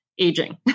aging